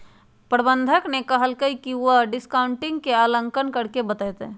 प्रबंधक ने कहल कई की वह डिस्काउंटिंग के आंकलन करके बतय तय